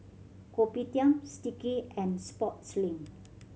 Kopitiam Sticky and Sportslink